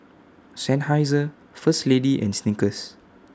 Seinheiser First Lady and Snickers